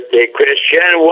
Christian